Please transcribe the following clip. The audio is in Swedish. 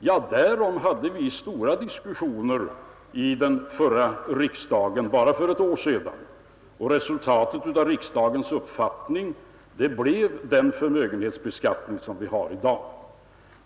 Ja, därom hade vi stora diskussioner i den förra riksdagen bara för ett år sedan, och resultatet av riksdagens uppfattning blev den förmögenhetsbeskattning som vi har i dag.